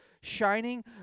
shining